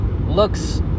looks